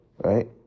right